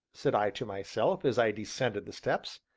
said i to myself as i descended the steps,